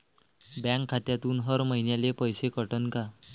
Bank खात्यातून हर महिन्याले पैसे कटन का?